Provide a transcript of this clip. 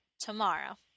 tomorrow